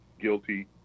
guilty